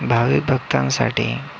भाविक भक्तांसाठी